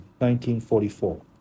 1944